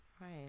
Right